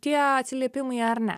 tie atsiliepimai ar ne